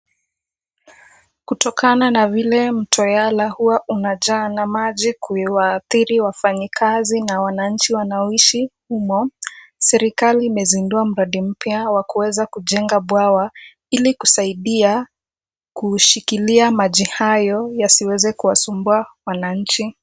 Kutokana na vile mto yala huwa unajaa na maji kuadhiri wafanyakazi na wananchi wanaoishi humo, serkali imezindua mradi mpya wa kuweza kujenga bwawa, ili kusaidia kushikilia maji hayo yasiweze kuwa sumbua wananchi.